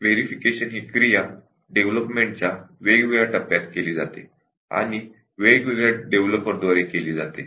verification ही क्रिया डेव्हलपमेंटच्या वेगवेगळ्या टप्प्यात केली जाते आणि वेगवेगळ्या डेव्हलपर द्वारे केली जाते